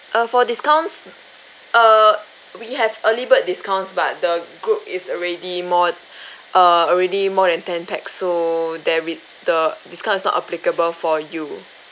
uh for discounts err we have early bird discounts but the group is already more err already more than ten pax so there it the the discounts is not applicable for you